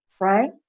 right